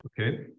okay